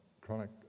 chronic